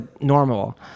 normal